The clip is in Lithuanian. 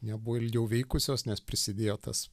nebuvo ilgiau veikusios nes prisidėjo tas